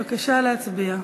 בבקשה להצביע.